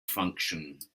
function